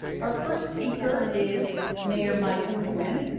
our first speaker is mayor michael mcginn.